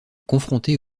confrontée